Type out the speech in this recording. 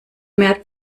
mehr